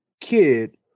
kid